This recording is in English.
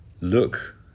Look